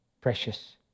Precious